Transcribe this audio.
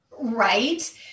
right